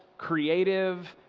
creative,